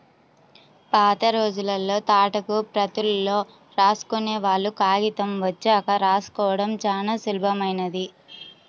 పాతరోజుల్లో తాటాకు ప్రతుల్లో రాసుకునేవాళ్ళు, కాగితం వచ్చాక రాసుకోడం చానా సులభమైంది